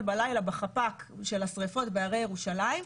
בלילה בחפ"ק של השריפות בהרי ירושלים.